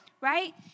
right